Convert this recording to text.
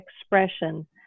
expression